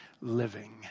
living